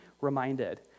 reminded